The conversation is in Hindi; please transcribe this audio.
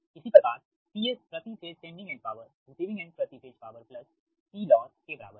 इसी प्रकार PS प्रति phase sending end power receiving end प्रति phase power plus P loss के बराबर है